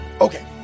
Okay